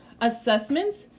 Assessments